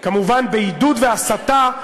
כמובן בעידוד והסתה,